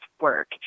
work